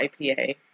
IPA